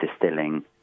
distilling